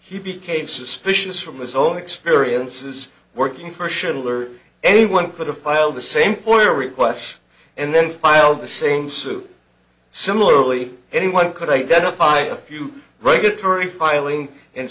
he became suspicious from his own experiences working for should anyone could have filed the same poor requests and then filed the same suit similarly anyone could identify a few regulatory filing and